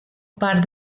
part